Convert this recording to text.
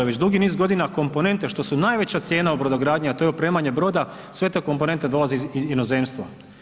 Već dugi niz godina komponente što su najveća cijena u brodogradnji, a to je opremanje broda sve te komponente dolaze iz inozemstva.